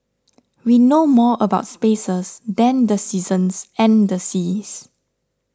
we know more about spaces than the seasons and the seas